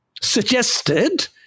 suggested